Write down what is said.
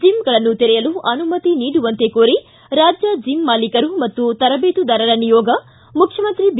ಜಿಮ್ಗಳನ್ನು ತೆರೆಯಲು ಅನುಮತಿ ನೀಡುವಂತೆ ಕೋರಿ ರಾಜ್ಯ ಜಿಮ್ ಮಾಲೀಕರು ಮತ್ತು ತರಬೇತುದಾರರ ನಿಯೋಗ ಮುಖ್ಯಮಂತ್ರಿ ಬಿ